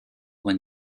when